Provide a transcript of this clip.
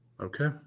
Okay